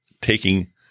taking